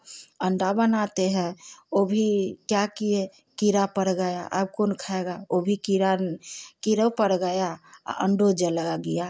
अंडा बनाते हैं वह भी क्या किए कीड़ा पड़ गया अब कौन खाएगा वह भी कीड़ा कीड़ो पड़ गया आ अंडो जल गया